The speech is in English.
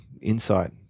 insight